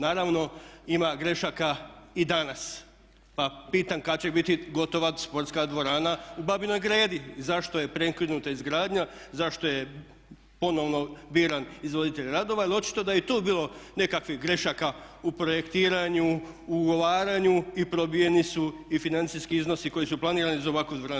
Naravno ima grešaka i danas, pa pitam kada će biti gotova sportska dvorana u Babinoj Gredi, zašto je prekinuta izgradnja, zašto je ponovno biran izvoditelj radova jer očito je da je i tu bilo nekakvih grešaka u projektiranju, u ugovaranju i probijeni su i financijski iznosi koji su planirani za ovakvu dvoranu.